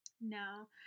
No